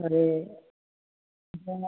ओरै ओमफ्राय मा